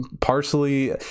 partially